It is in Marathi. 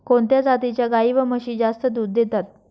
कोणत्या जातीच्या गाई व म्हशी जास्त दूध देतात?